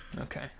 Okay